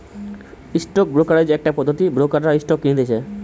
stock brokerage একটা পদ্ধতি ব্রোকাররা স্টক কিনতেছে